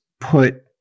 put